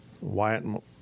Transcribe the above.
Wyatt